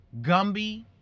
Gumby